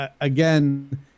Again